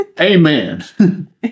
Amen